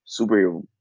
superhero